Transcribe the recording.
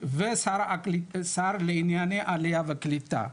ועם השר לענייני העלייה והקליטה.